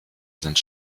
sind